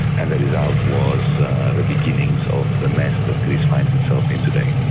and the result was the beginnings of the mess that greece finds itself in today.